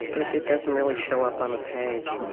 it doesn't really show up on the page